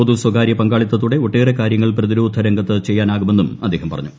പൊതു സ്വകാര്യ പങ്കാളിത്തതോടെ ഒട്ടേറെ കാര്യങ്ങൾ പ്രതിരോധ രംഗത്ത് ചെയ്യാനാകുമെന്നും അദ്ദേഹം പറഞ്ഞു